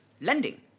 lending